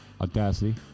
Audacity